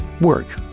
work